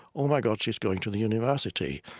oh, my god, she's going to the university